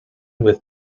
with